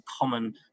common